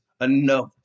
enough